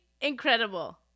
incredible